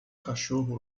cachorro